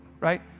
Right